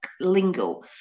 lingo